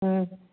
ꯎꯝ